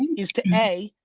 is to a,